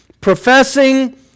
professing